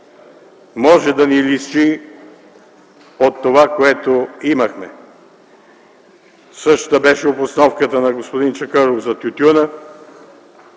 може да ни лиши от това, което имаме. Същата беше обосновката на господин Чакъров за тютюна,